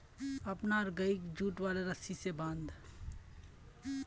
अपनार गइक जुट वाले रस्सी स बांध